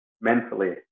Mentally